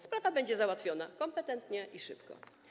Sprawa będzie załatwiona kompetentnie i szybko.